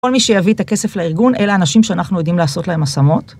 כל מי שיביא את הכסף לארגון אלה אנשים שאנחנו יודעים לעשות להם עסמות.